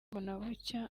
mbonabucya